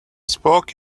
spoke